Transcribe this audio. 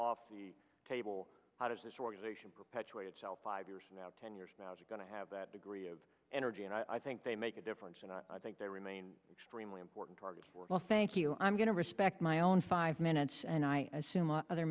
off the table how does this organization perpetuate itself five years from now ten years now is going to have that degree of energy and i think they make a difference and i think they remain extremely important well thank you i'm going to respect my own five minutes and i assume a other